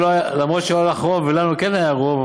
אפילו שלא היה לך רוב ולנו כן היה רוב,